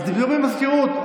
דברי עם המזכירות.